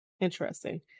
interesting